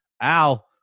Al